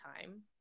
time